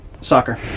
soccer